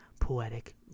poetic